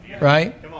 Right